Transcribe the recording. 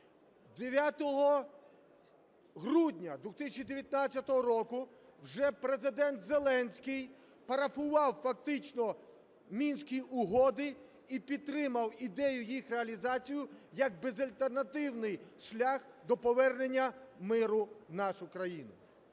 9 грудня 2019 року вже Президент Зеленський парафував фактично Мінські угоди і підтримав ідею їх реалізації як безальтернативний шлях до повернення миру в нашу країну.